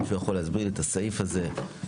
אם מישהו יכול להסביר לי את הסעיף הזה לעומק,